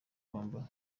kwambara